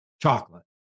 chocolate